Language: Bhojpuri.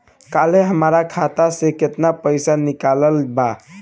काल्हे हमार खाता से केतना पैसा निकलल बा?